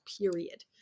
period